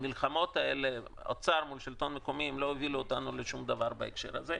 המלחמות של האוצר עם השלטון המקומי לא הובילו אותנו לשום דבר בהקשר הזה.